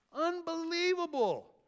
Unbelievable